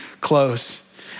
close